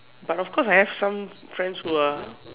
but of course I have some friends who are